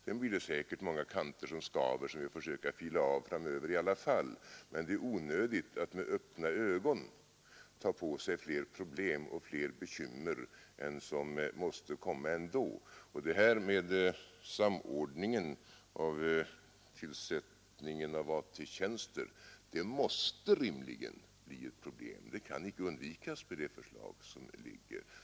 Sedan blir det säkert ändå många kanter som skaver, som vi får försöka fila av framöver, men det är onödigt att med öppna ögon ta på sig fler problem och bekymmer än de som måste komma ändå. Samordningen av tillsättningen av AT-tjänster måste rimligen bli ett problem. Det kan inte undvikas med de förslag som föreligger.